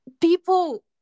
people